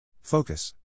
Focus